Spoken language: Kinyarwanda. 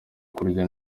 kurya